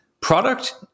Product